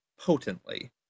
potently